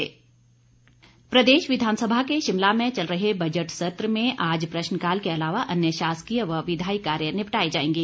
budget सत्र प्रदेश विधानसभा के शिमला में चल रहे बजट सत्र में आज प्रश्नकाल के अलावा कई अन्य शासकीय व विधायी कार्य निपटाए जाएंगे